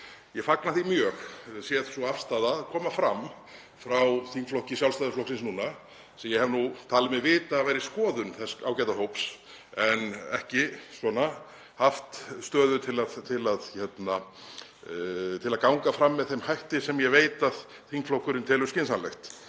Ég fagna því mjög ef sú afstaða er að koma fram frá þingflokki Sjálfstæðisflokksins núna sem ég hef nú talið mig vita að væri skoðun þess ágæta hóps en hann ekki haft stöðu til að ganga fram með þeim hætti sem ég veit að þingflokkurinn telur skynsamlegt.